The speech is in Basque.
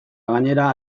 gainera